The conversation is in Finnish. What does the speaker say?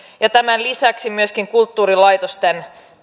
ja tämän lisäksi myöskin kulttuurilaitosten